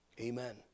Amen